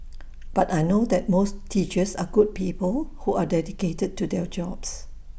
but I know that most teachers are good people who are dedicated to their jobs